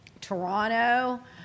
Toronto